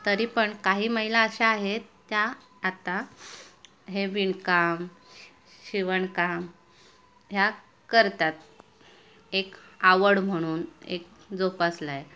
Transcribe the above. तरी पण काही महिला अशा आहेत त्या आता हे विणकाम शिवणकाम ह्या करतात एक आवड म्हणून एक जोपासला आहे